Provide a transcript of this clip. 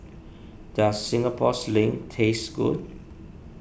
does Singapore Sling taste good